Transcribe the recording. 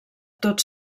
tot